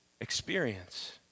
experience